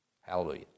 Hallelujah